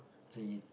so you